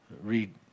Read